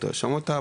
תרשום אותה,